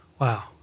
Wow